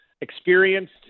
experienced